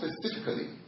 specifically